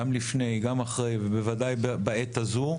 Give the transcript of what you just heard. גם לפני, גם אחרי בוודאי בעת הזו,